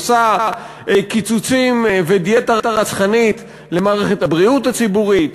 עושה קיצוצים ודיאטה רצחנית למערכת הבריאות הציבורית,